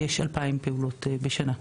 יש 2,000 פעולות בשנה.